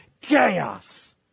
chaos